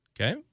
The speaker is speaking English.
Okay